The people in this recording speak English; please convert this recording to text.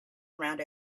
around